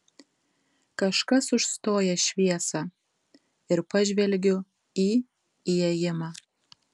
kažkas užstoja šviesą ir pažvelgiu į įėjimą